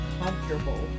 comfortable